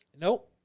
Nope